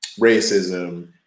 racism